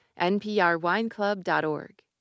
nprwineclub.org